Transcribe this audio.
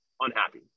unhappy